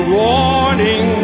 warning